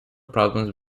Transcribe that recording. problems